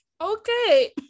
okay